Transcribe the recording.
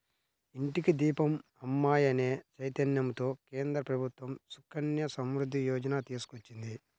ఇంటికి దీపం అమ్మాయి అనే చైతన్యంతో కేంద్ర ప్రభుత్వం సుకన్య సమృద్ధి యోజన తీసుకొచ్చింది